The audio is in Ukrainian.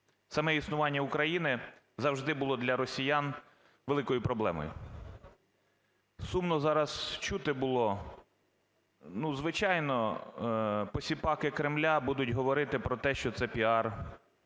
Саме існування України завжди було для росіян великою проблемою. Сумно зараз чути було… Ну звичайно, посіпаки Кремля будуть говорити про те, що це піар.